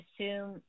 assume